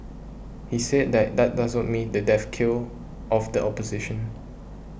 he said that that does not mean the death kill of the opposition